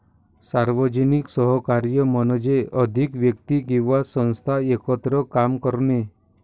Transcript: सार्वजनिक सहकार्य म्हणजे अधिक व्यक्ती किंवा संस्था एकत्र काम करणे